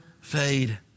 fade